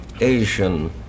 Asian